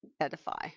edify